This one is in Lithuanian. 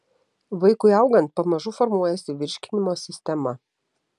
vaikui augant pamažu formuojasi virškinimo sistema